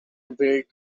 veered